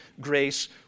grace